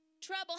Trouble